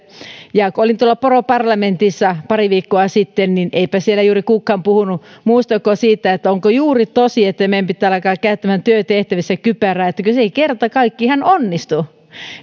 kun olin tuolla poroparlamentissa pari viikkoa sitten niin eipä siellä juuri kukaan puhunut muusta kuin siitä että onko juuri tosi että meidän pitää alkaa käyttämään työtehtävissä kypärää kun se ei kerta kaikkiaan onnistu